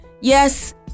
yes